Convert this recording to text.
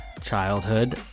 childhood